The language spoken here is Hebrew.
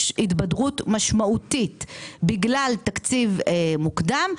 התבדרות משמעותית בגלל תקציב מוקדם,